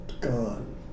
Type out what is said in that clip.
Gone